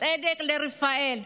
צדק לרפאל.